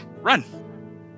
run